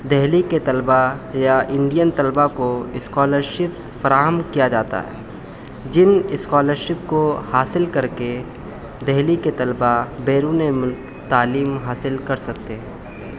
دہلی کے طلبا یا انڈین طلبا کو اسکالرشپس فراہم کیا جاتا ہے جن اسکالرشپ کو حاصل کر کے دہلی کے طلبا بیرونِ ملک تعلیم حاصل کر سکتے ہیں